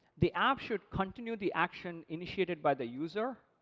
the app should continue the action initiated by the user,